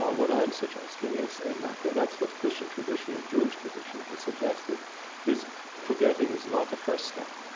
um what i'm suggesting is and i think that's what christian tradition and jewish tradition has suggested is forgetting is not the first step,